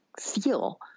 feel